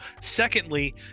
secondly